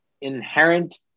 inherent